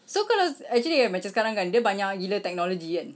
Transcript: so kalau actually eh macam sekarang kan dia banyak gila technology kan